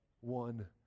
one